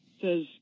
says